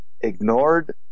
ignored